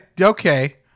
Okay